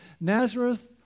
Nazareth